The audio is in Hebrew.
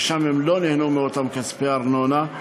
ששם הם לא נהנו מאותם כספי ארנונה,